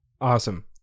Awesome